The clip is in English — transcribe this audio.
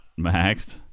maxed